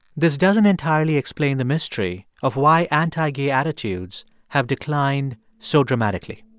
this doesn't entirely explain the mystery of why anti-gay attitudes have declined so dramatically